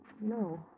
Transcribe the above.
no